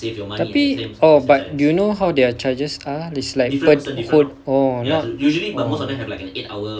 tapi oh but you know how their charges are is like per whole oh not oh